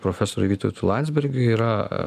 profesoriui vytautu landsbergiu yra